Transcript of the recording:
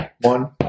one